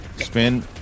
Spin